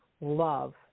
love